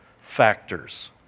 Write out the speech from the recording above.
factors